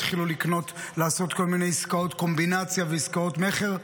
התחילו לעשות כל מיני עסקאות קומבינציה ועסקאות מכר,